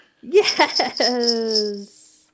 Yes